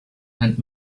and